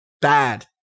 bad